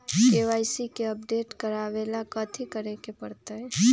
KYC के update करवावेला कथि करें के परतई?